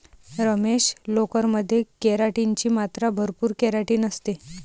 रमेश, लोकर मध्ये केराटिन ची मात्रा भरपूर केराटिन असते